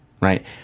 right